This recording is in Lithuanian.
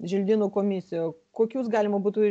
želdynų komisiją kokius galima būtų